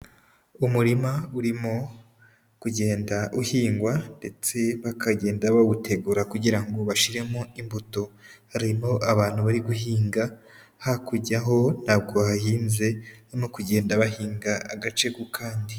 Umurima urimo kugenda uhingwa ndetse bakagenda bawutegura kugira ngo bashyiremo imbuto. Harimo abantu bari guhinga, hakurya ho ntago hahinze, barimo kugenda bahinga agace ku kandi.